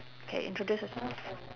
K introduce yourself